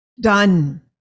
Done